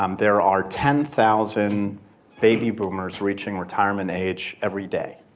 um there are ten thousand baby boomers reaching retirement age every day,